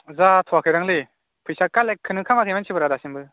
जाथ'आखैदांलै फैसा कालेक्टखौनो खालामाखै मानसिफ्रा दासिमबो